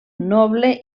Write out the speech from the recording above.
noble